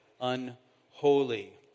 unholy